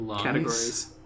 categories